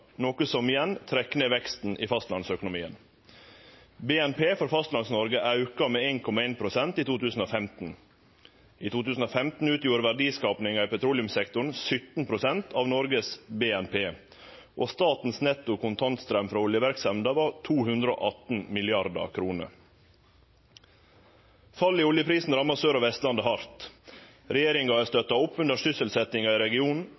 noko som igjen trekkjer ned veksten i fastlandsøkonomien. BNP for Fastlands-Noreg auka med 1,1 pst. i 2015. I 2015 utgjorde verdiskapinga i petroleumssektoren 17 pst. av Noregs BNP, og statens netto kontantstraum frå oljeverksemda var 218 mrd. kr. Fallet i oljeprisen rammar Sør- og Vestlandet hardt. Regjeringa har støtta opp under sysselsetjinga i regionen,